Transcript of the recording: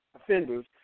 Offenders